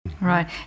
right